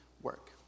work